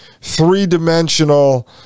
three-dimensional